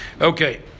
Okay